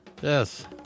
Yes